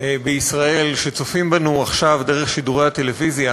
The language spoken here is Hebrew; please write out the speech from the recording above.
בישראל שצופים בנו עכשיו דרך שידורי הטלוויזיה,